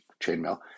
Chainmail